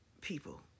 people